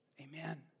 Amen